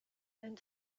and